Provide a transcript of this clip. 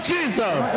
Jesus